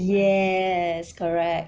yes correct